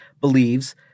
believes